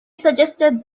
suggested